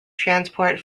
transport